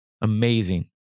Amazing